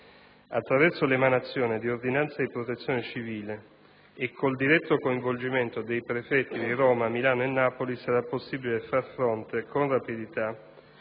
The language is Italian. Attraverso l'emanazione di ordinanze di protezione civile e con il diretto coinvolgimento dei prefetti di Roma, Milano e Napoli sarà possibile far fronte con rapidità